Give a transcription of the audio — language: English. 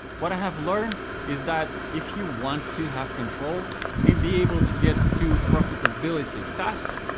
what i have learned is that if you want to have control and be able to get to profitability fast,